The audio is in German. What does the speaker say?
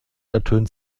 ertönt